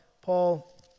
Paul